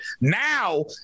Now